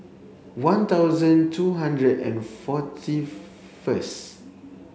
one thousand two hundred and forty first